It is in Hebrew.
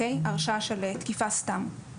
הרשעה של תקיפה סתם,